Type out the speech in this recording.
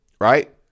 Right